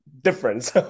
difference